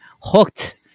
hooked